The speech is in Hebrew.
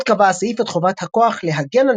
עוד קובע הסעיף את חובת הכוח "להגן על